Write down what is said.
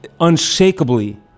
unshakably